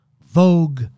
Vogue